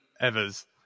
Evers